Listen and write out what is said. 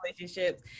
relationships